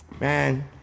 Man